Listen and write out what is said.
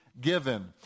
given